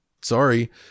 Sorry